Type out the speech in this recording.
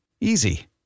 easy